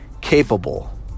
capable